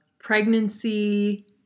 pregnancy